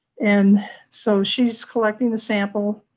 and so she's collecting the sample.